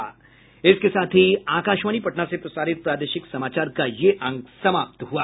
इसके साथ ही आकाशवाणी पटना से प्रसारित प्रादेशिक समाचार का ये अंक समाप्त हुआ